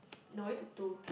no we talk to